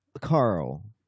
carl